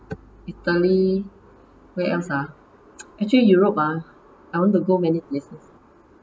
italy where else ah actually europe ah I want to go many places